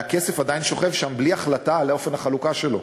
והכסף עדיין שוכב שם בלי החלטה על אופן החלוקה שלו.